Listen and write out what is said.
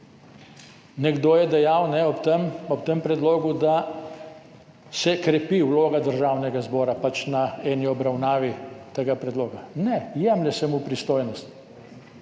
Nekdo je dejal ob tem predlogu, da se krepi vloga Državnega zbora, pač na eni obravnavi tega predloga. Ne, jemlje se mu pristojnosti.